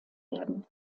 werden